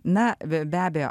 na be be abejo